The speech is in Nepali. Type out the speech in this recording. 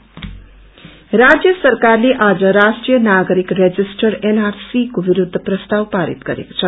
एनआरसी राज्य सरकारले आज राष्ट्रिय नागरिक रेजिष्टरको विरूद्ध प्रस्ताव पारित गरेको छ